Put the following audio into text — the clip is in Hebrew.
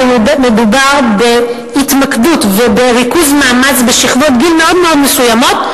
מדובר בהתמקדות ובריכוז מאמץ בשכבות גיל מאוד מאוד מסוימות,